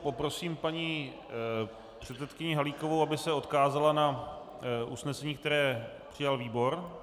Poprosím paní předsedkyni Halíkovou, aby se odkázala na usnesení, které přijal výbor.